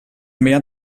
mehr